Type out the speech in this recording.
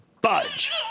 budge